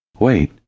Wait